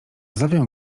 zowią